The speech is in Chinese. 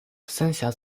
三峡